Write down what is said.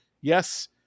Yes